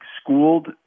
schooled